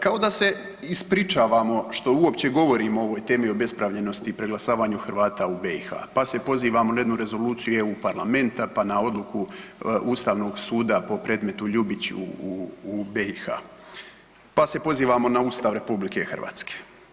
Kao da se ispričavamo što uopće govorimo o ovoj temi obespravljenosti i preglasavanju Hrvata u BiH, pa se pozivamo na jednu rezoluciju EU parlamenta, pa na odluku ustavnog suda po predmetu Ljubić u BiH, pa se pozivamo na Ustav RH.